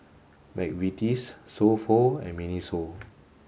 McVitie's So Pho and Miniso